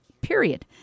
Period